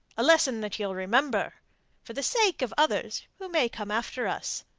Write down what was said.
a lesson that ye'll remember for the sake of others who may come after us.